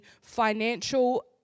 financial